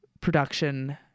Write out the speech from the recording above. production